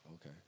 Okay